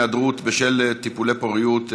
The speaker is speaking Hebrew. היעדרות בשל טיפולי פוריות),